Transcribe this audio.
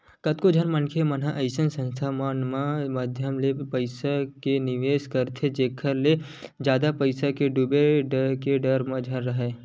कतको झन मनखे मन अइसन संस्था मन के माधियम ले पइसा के निवेस करथे जेखर ले जादा पइसा डूबे के डर झन राहय